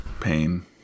pain